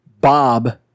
Bob